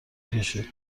کشید